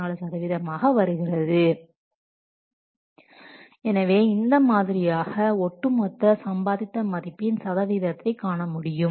44 சதவீதமாக வருகிறது எனவே இந்த மாதிரியாக ஒட்டுமொத்த சம்பாதித்த மதிப்பின் சதவீதத்தை காண முடியும்